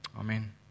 Amen